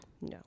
No